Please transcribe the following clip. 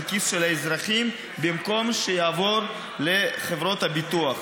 בכיס של האזרחים במקום שיעברו לחברות הביטוח.